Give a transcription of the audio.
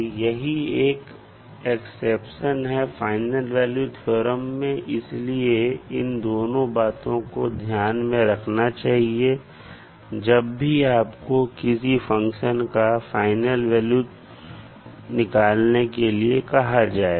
तो यही एक एक्सेप्शन है फाइनल वैल्यू थ्योरम में इसलिए आपको इन दोनों बातों को ध्यान में रखना चाहिए जब भी आपसे किसी फंक्शन का फाइनल वैल्यू निकालने के लिए कहा जाए